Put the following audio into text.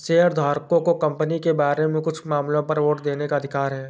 शेयरधारकों को कंपनी के बारे में कुछ मामलों पर वोट देने का अधिकार है